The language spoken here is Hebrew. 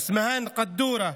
אסמהאן קדורה מנחף,